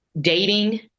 dating